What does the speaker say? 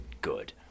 good